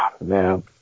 Man